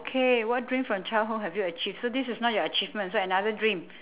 okay what dream from childhood have you achieved so this is not your achievement so another dream